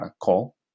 call